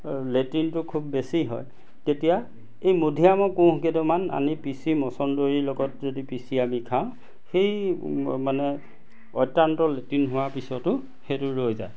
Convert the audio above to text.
লেট্ৰিনটো খুব বেছি হয় তেতিয়া এই মধুইয়ামৰ কোঁহকেইটামান আনি পিচি মচন্দৰীৰ লগত যদি পিচি আমি খাওঁ সেই মানে অত্যন্ত লেট্ৰিন হোৱাৰ পিছতো সেইটো ৰৈ যায়